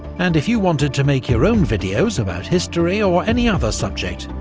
and if you wanted to make your own videos, about history or any other subject,